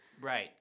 Right